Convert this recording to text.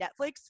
Netflix